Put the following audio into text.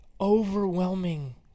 overwhelming